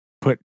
put